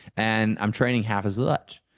and i'm training half as much.